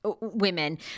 women